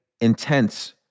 intense